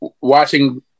watching